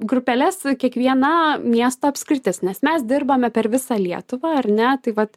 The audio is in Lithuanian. grupeles kiekviena miesto apskritis nes mes dirbame per visą lietuvą ar ne tai vat